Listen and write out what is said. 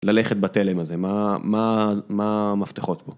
ללכת בתלם הזה, מה המפתחות פה.